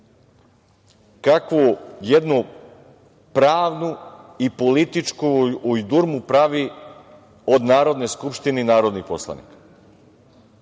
kakvu jednu pravnu i političku ujdurmu pravi od Narodne skupštine i narodnih poslanika.